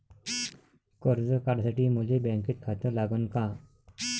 कर्ज काढासाठी मले बँकेत खातं लागन का?